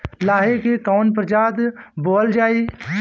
लाही की कवन प्रजाति बोअल जाई?